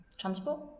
Transport